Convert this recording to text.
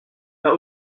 that